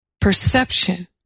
perception